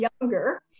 younger